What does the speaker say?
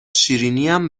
شیرینیم